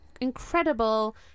incredible